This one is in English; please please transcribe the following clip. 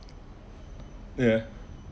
ya alright